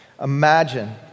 Imagine